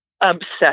obsessed